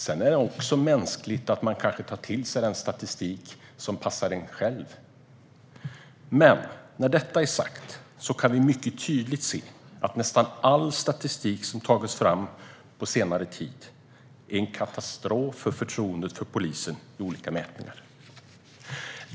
Det är också mänskligt att man tar till sig den statistik som passar en själv. När detta är sagt kan man mycket tydligt se att nästan all statistik och olika mätningar som har tagits fram under senare tid visar att det är en katastrof för förtroendet för polisen.